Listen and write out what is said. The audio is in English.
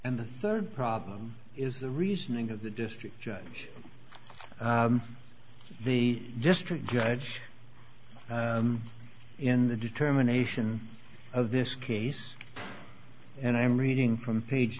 and the third problem is the reasoning of the district judge the district judge in the determination of this case and i'm reading from page